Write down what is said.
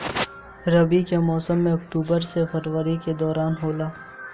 रबी के मौसम अक्टूबर से फरवरी के दौरान होला